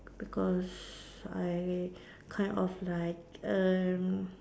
because I kind of like err